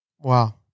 Wow